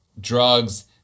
drugs